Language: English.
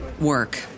work